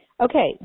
Okay